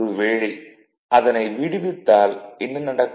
ஒரு வேளை அதனை விடுவித்தால் என்ன நடக்கும்